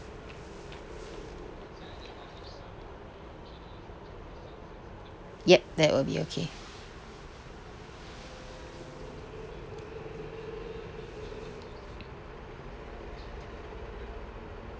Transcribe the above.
ya that will be okay